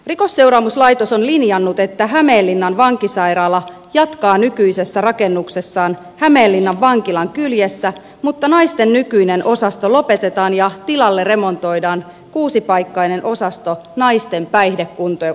rikosseuraamuslaitos on linjannut että hämeenlinnan vankisairaala jatkaa nykyisessä rakennuksessaan hämeenlinnan vankilan kyljessä mutta naisten nykyinen osasto lopetetaan ja tilalle remontoidaan kuusipaikkainen osasto naisten päihdekuntoutukseen